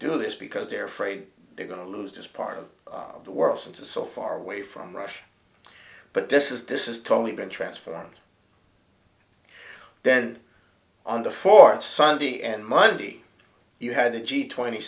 do this because they're afraid they're going to lose this part of the world since a so far away from russia but this is this is totally been transformed then on the fourth sunday and monday you had the g twenty